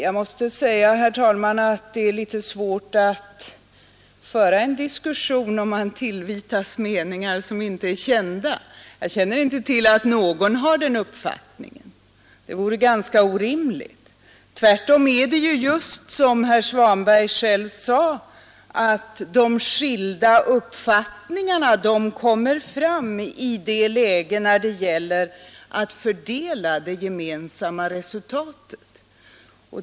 Det är ju lite svårt att föra en diskussion, om man tillvitas meningar som man inte har Jag känner inte till att någon har den uppfattningen. Det vore ganska orimligt. Tvärtom är det ju så, som herr Svanberg själv sade, att de skilda uppfattningarna kommer fram när det gäller att fördela det gemensamma resultatet.